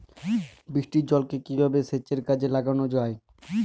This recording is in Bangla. বৃষ্টির জলকে কিভাবে সেচের কাজে লাগানো য়ায়?